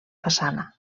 façana